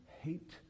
hate